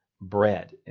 bread